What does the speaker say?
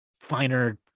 finer